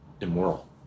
Immoral